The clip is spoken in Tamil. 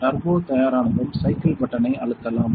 டர்போ தயாரானதும் சைக்கிள் பட்டனை அழுத்தலாம்